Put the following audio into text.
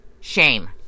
Shame